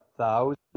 Thousand